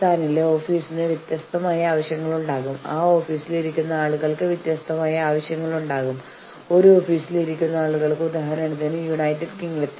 ജീവനക്കാർക്കും ഓർഗനൈസേഷനും പ്രധാനമായ വേതനം സമയം തൊഴിൽ സാഹചര്യങ്ങൾ എന്നിവയ്ക്ക് പ്രാധാന്യമുള്ള പ്രശ്നങ്ങളെക്കുറിച്ച് സംസാരിക്കുന്നത് അനുയോജ്യവും എല്ലായ്പ്പോഴും സഹായകരവുമാണ്